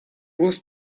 was